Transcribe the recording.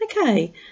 Okay